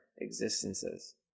existences